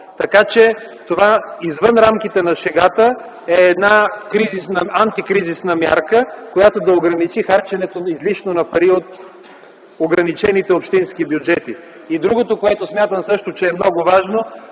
Така че това – извън рамките на шегата – е една антикризисна мярка, която да ограничи излишното харчене на пари от ограничените общински бюджети. И другото, което смятам също, че е много важно